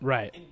Right